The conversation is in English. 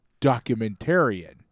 documentarian